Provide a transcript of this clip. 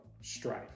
strife